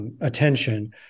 Attention